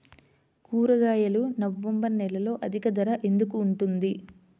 కూరగాయలు నవంబర్ నెలలో అధిక ధర ఎందుకు ఉంటుంది?